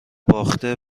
باخته